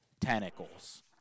tentacles